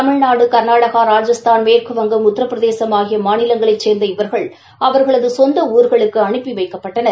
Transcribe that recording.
தமிழ்நாடு காநாடகா ராஜஸ்தான் மேற்குவங்கம் உத்திரபிரதேசும் ஆகிய மாநிவங்களைச் சே்ந்த இவர்கள் அவர்களது சொந்த ஊர்களுக்கு அனுப்பி வைக்கப்பட்டனர்